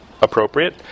appropriate